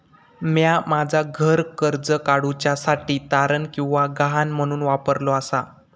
म्या माझा घर कर्ज काडुच्या साठी तारण किंवा गहाण म्हणून वापरलो आसा